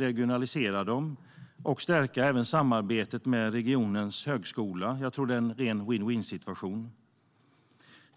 regionalisera dem och stärka även samarbetet med regionens högskola. Jag tror att det är en ren vinn-vinnsituation.